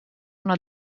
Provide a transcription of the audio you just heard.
una